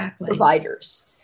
providers